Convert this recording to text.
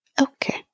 Okay